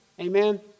Amen